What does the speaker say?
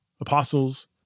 apostles